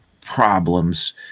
problems